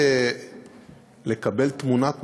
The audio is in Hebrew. כדי לקבל תמונת מצב,